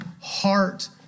heart